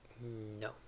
No